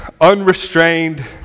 unrestrained